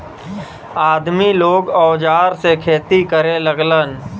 आदमी लोग औजार से खेती करे लगलन